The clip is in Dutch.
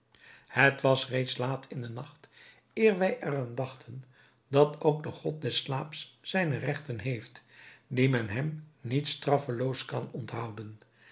het was reeds laat in den nacht eer wij er aan dachten dat ook de god des slaaps zijne regten heeft die men hem niet straffeloos kan onthouden